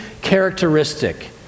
characteristic